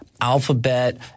Alphabet